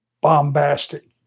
bombastic